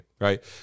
right